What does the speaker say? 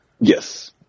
Yes